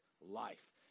Life